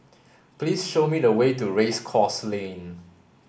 please show me the way to Race Course Lane